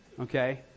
Okay